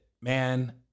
man